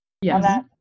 Yes